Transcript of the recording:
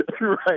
right